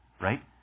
Right